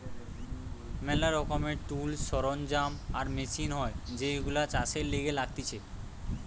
ম্যালা রকমের টুলস, সরঞ্জাম আর মেশিন হয় যেইগুলো চাষের লিগে লাগতিছে